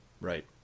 Right